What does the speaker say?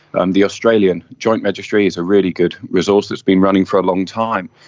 um the australian joint registry is a really good resource that's been running for a long time,